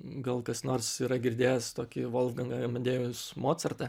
gal kas nors yra girdėjęs tokį volfgangą amadėjus mocartą